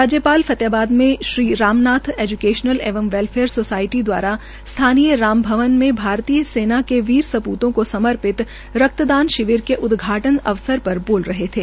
राज्यपाल फतेहाबाद में श्री राम नाथ एज्केशनल एवं वेल्फयेर सोसायटी द्वारा स्थानीय राम भवन में भारतीय सेना के वीर स्पूतो को सर्पित रक्तदान शिविर का उदघाटन् अवसर पर बोल रहे थे